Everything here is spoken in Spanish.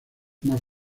más